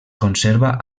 conserva